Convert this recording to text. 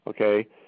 okay